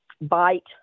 bite